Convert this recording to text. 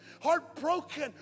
Heartbroken